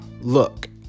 look